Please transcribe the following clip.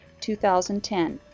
2010